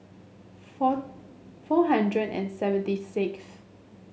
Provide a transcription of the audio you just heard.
four four hundred and seventy sixth